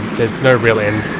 there's no real end,